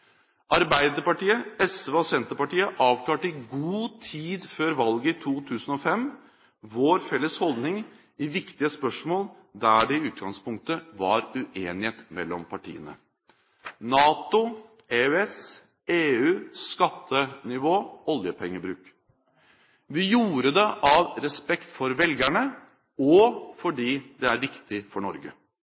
Arbeiderpartiet, SV og Senterpartiet avklarte i god tid før valget i 2005 vår felles holdning i viktige spørsmål der det i utgangspunktet var uenighet mellom partiene: NATO, EØS, EU, skattenivå og oljepengebruk. Vi gjorde det av respekt for velgerne og fordi det var viktig for Norge.